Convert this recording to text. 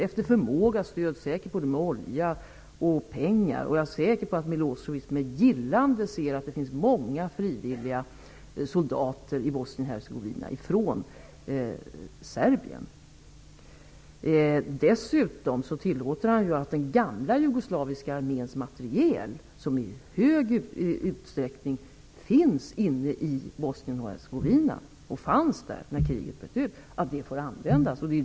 Efter förmåga ges säkert stöd i form av både olja och pengar, och jag är säker på att Milosevic med gillande ser att det finns många frivilliga soldater från Serbien i Milosevic tillåter ju också användningen av den gamla jugoslaviska arméns materiel, som i stor utsträckning fanns inne i Bosnien-Hercegovina när kriget bröt ut.